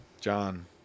John